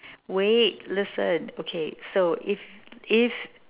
wait listen okay so if is